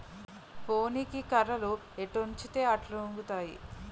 పోనీకి కర్రలు ఎటొంచితే అటొంగుతాయి